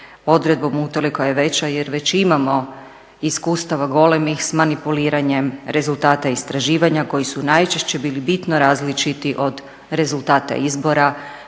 odredbom utoliko je veća jer već imamo iskustava golemih sa manipuliranjem rezultata istraživanja koji su najčešće bili bitno različiti od rezultata izbora.